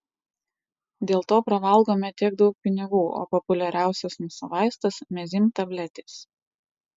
dėl to pravalgome tiek daug pinigų o populiariausias mūsų vaistas mezym tabletės